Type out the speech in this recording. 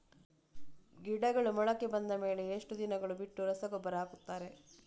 ಗಿಡಗಳು ಮೊಳಕೆ ಬಂದ ಮೇಲೆ ಎಷ್ಟು ದಿನಗಳು ಬಿಟ್ಟು ರಸಗೊಬ್ಬರ ಹಾಕುತ್ತಾರೆ?